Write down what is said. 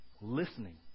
listening